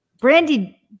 Brandy